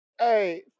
Hey